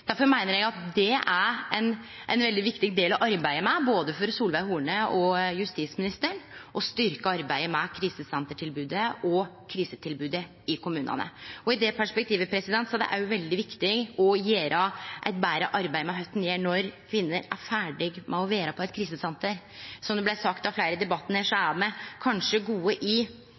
meiner eg at dette er ein veldig viktig del å arbeide med, både for Solveig Horne og for justisministeren – å styrkje arbeidet med krisesentertilbodet og krisetilbodet i kommunane. I det perspektivet er det òg veldig viktig å gjere eit betre arbeid med omsyn til kva ein gjer når kvinner er ferdige med å vere på eit krisesenter. Som det blei sagt av fleire i debatten her: Me er kanskje gode i